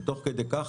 ותוך כדי כך,